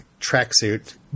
tracksuit